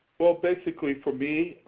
well basically, for me,